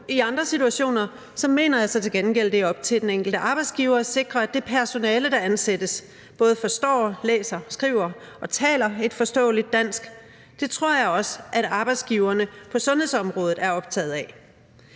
I andre situationer mener jeg så til gengæld, at det er op til den enkelte arbejdsgiver at sikre, at det personale, der ansættes, både forstår, læser, skriver og taler et forståeligt dansk. Det tror jeg også at arbejdsgiverne på sundhedsområdet er optaget af.